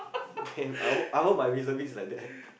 damn I hope I hope my reservist is like that